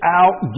out